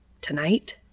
Tonight